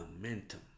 momentum